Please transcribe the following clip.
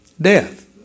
Death